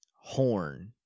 horn